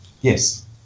Yes